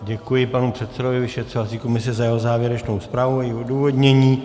Děkuji panu předsedovi vyšetřovací komise za jeho závěrečnou zpráv a její odůvodnění.